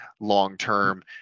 long-term